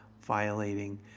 violating